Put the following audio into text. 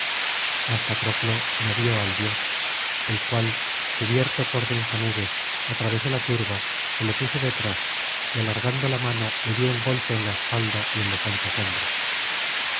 mas patroclo no vio al dios el cual cubierto por densa nube atravesó la turba se le puso detrás y alargando la mano le dio un golpe en la espalda y en los anchos hombros